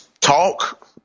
talk